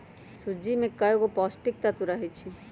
सूज्ज़ी में कएगो पौष्टिक तत्त्व रहै छइ